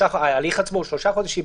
ההליך עצמו הוא שלושה חודשים.